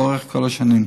לאורך כל השנים,